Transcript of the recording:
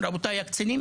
רבותיי הקצינים